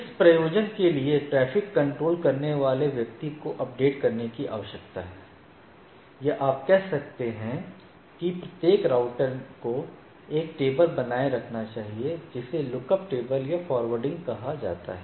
इस प्रयोजन के लिए ट्रैफ़िक कंट्रोल करने वाले व्यक्ति को अपडेट करने की आवश्यकता है या आप कह सकते हैं कि प्रत्येक राउटर को एक टेबल बनाए रखना चाहिए जिसे लुकअप टेबल या फ़ॉरवर्डिंग टेबल कहा जाता है